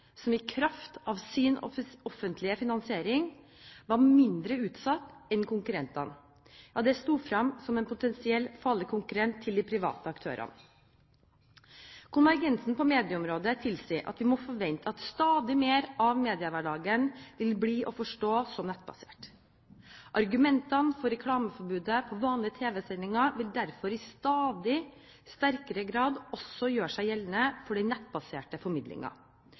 som i kraft av sin offentlige finansiering var mindre utsatt enn konkurrentene, sto frem som en potensielt farlig konkurrent til de private aktørene. Konvergensen på medieområdet tilsier at vi må forvente at stadig mer av mediehverdagen vil bli å forstå som nettbasert. Argumentene for reklameforbudet på vanlige tv-sendinger vil derfor i stadig sterkere grad også gjøre seg gjeldende for den nettbaserte